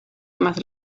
más